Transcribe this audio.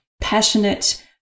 passionate